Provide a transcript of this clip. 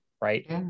right